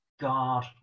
God